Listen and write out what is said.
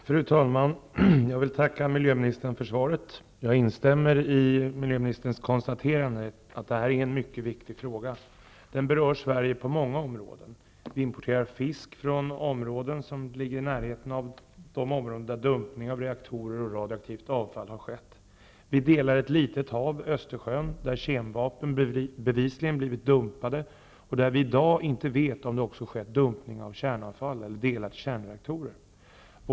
Fru talman! Jag vill tacka miljöministern för svaret. Jag instämmer i miljöministerns konstaterande att detta är en mycket viktig fråga. Den berör Sverige på många områden. Vi importerar fisk från områden som ligger i närheten av de områden där dumpning av reaktorer och radioaktivt avfall har skett. Vi delar ett litet hav -- Östersjön -- där kemvapen bevisligen blivit dumpade. Vi vet i dag inte om det där också har skett dumpning av kärnavfall och av delar till kärnreaktorer.